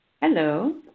Hello